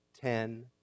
ten